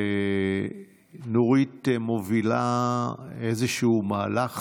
נורית מובילה איזשהו מהלך